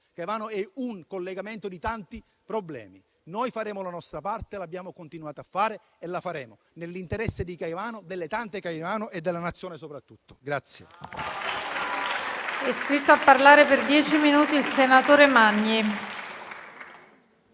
Caivano è un collegamento di tanti problemi. Noi faremo la nostra parte, abbiamo continuato a farla e la faremo nell'interesse di Caivano, delle tante Caivano e della Nazione soprattutto.